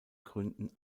gründen